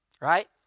right